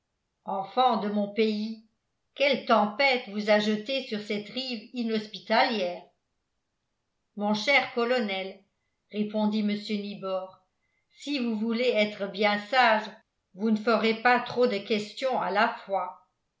enfants de mon pays quelle tempête vous a jetés sur cette rive inhospitalière mon cher colonel répondit mr nibor si vous voulez être bien sage vous ne ferez pas trop de questions à la fois